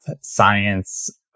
science